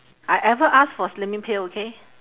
I ever ask for slimming pill okay